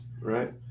right